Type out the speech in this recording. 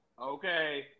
Okay